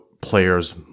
players